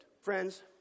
Friends